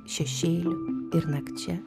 šešėlių ir nakčia